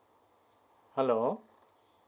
hello